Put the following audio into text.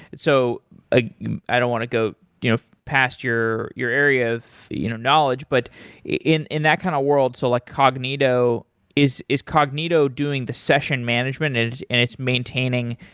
so ah i don't want to go you know past your your area of you know knowledge, but in in that kind of world so like cognito is is cognito doing the session management and and it's maintaining,